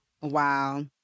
Wow